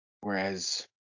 Whereas